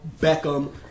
Beckham